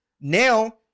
Now